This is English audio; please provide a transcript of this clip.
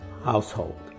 household